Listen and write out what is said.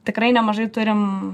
tikrai nemažai turim